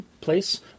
place